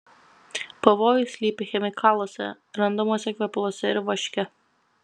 pavojus slypi chemikaluose randamuose kvepaluose ir vaške